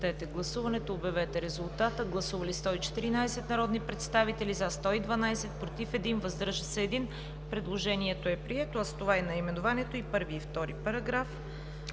предложени от Комисията. Гласували 114 народни представители: за 112, против 1, въздържал се 1. Предложението е прието, а с това и наименованието, първи и втори параграф